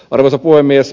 arvoisa puhemies